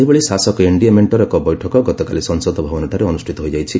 ସେହିଭଳି ଶାସକ ଏନଡିଏ ମେଖର ଏକ ବୈଠକ ଗତକାଲି ସଂସଦ ଭବନଠାରେ ଅନୁଷ୍ଠିତ ହୋଇଯାଇଛି